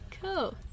Cool